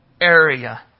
area